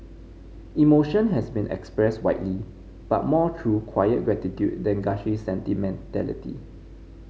emotion has been expressed widely but more through quiet gratitude than gushy sentimentality